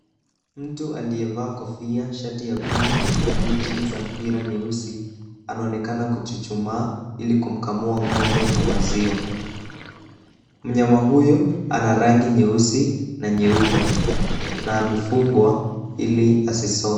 Mtu aliyevaa kofia, shati ya pinki na buti za mpira nyeusi anaonekana kuchuchumaa ili kumkamua ng'ombe wa maziwa. Mnyama huyu ana rangi nyeusi na nyeupe na amefungwa ili asisonge.